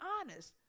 honest